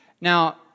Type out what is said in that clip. Now